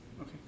Okay